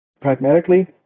Pragmatically